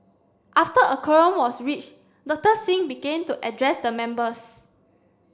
after a quorum was reached Doctor Singh begin to address the members